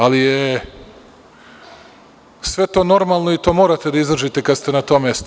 Ali, sve je to normalno i to morate da izdržite kada ste na tom mestu.